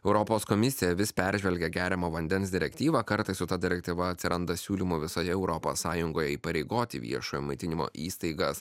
europos komisija vis peržvelgia geriamo vandens direktyvą kartais jau ta direktyva atsiranda siūlymų visoje europos sąjungoje įpareigoti viešojo maitinimo įstaigas